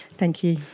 thank you.